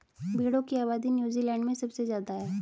भेड़ों की आबादी नूज़ीलैण्ड में सबसे ज्यादा है